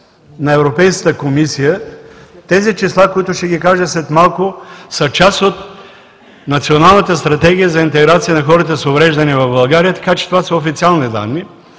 на Европейската комисия. Тези числа, които ще Ви кажа след малко, са част от Националната стратегия за интеграция на хората с увреждания в България, така че това са официални данни.